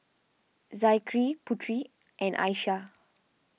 Zikri Putri and Aishah